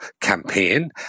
campaign